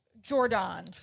Jordan